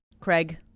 Craig